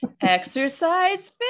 exercise